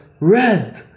red